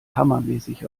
hammermäßig